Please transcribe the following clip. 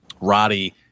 roddy